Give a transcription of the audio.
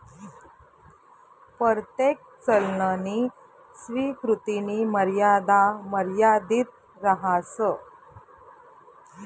परतेक चलननी स्वीकृतीनी मर्यादा मर्यादित रहास